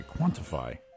Quantify